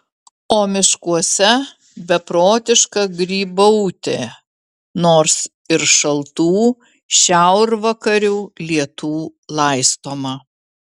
o miškuose beprotiška grybautė nors ir šaltų šiaurvakarių lietų laistoma